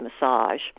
massage